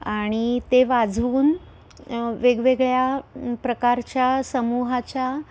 आणि ते वाजवून वेगवेगळ्या प्रकारच्या समूहाच्या